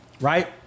right